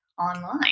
online